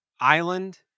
island